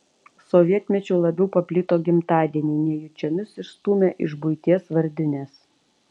sovietmečiu labiau paplito gimtadieniai nejučiomis išstūmę iš buities vardines